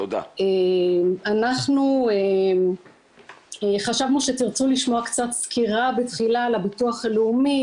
אנחנו חשבנו שתרצו לשמוע קצת סקירה בתחילה על הביטוח הלאומי,